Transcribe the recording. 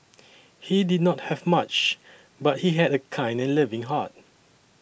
he did not have much but he had a kind and loving heart